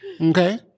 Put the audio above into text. Okay